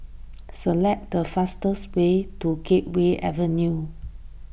select the fastest way to Gateway Avenue